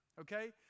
okay